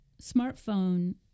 smartphone